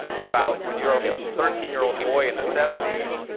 and about when you're a thirteen year old boy in the seventies,